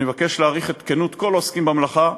אני מבקש להעריך את כנות כל העוסקים במלאכה,